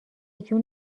جون